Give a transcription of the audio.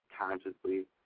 consciously